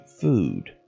food